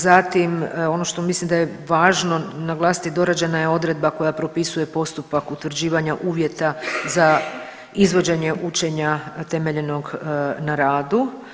Zatim ono što mislim da je važno naglasiti dorađena je odredba koja propisuje postupak utvrđivanja uvjeta za izvođenje učenja temeljenog na radu.